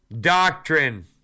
doctrine